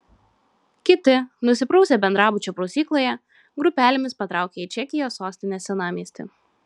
kiti nusiprausę bendrabučio prausykloje grupelėmis patraukė į čekijos sostinės senamiestį